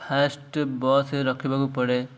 first bus ରଖିବାକୁ ପଡ଼େ